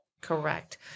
Correct